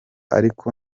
ariko